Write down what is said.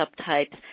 subtypes